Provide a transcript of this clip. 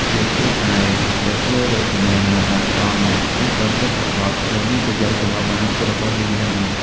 យើងគួរតែចេះជ្រើសរើសឆានែលណាដែលផ្តល់នូវចំណេះដឹងពិតប្រាកដ និងមានប្រយោជន៍សម្រាប់អនាគតរបស់យើងម្នាក់ៗ។